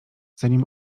zanim